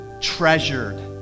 treasured